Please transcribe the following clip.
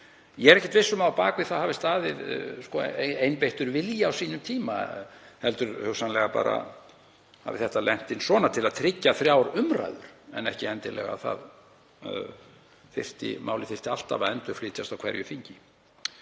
Ég er ekkert viss um að á bak við það hafi staðið einbeittur vilji á sínum tíma heldur hafi þetta hugsanlega bara lent inn svona til að tryggja þrjár umræður en ekki endilega að málið þyrfti alltaf að endurflytjast á hverju þingi.